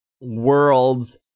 worlds